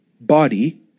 Body